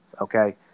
Okay